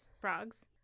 frogs